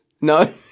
No